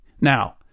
Now